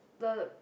the